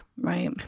Right